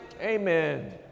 Amen